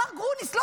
אמר גרוניס,